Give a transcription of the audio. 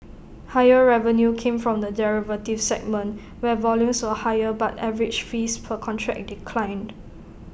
higher revenue came from the derivatives segment where volumes were higher but average fees per contract declined